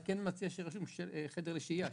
אני כן מציע שיהיה רשום חדר לשהייה,